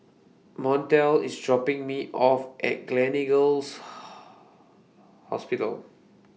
Montel IS dropping Me off At Gleneagles Hospital